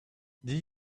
did